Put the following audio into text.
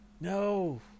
No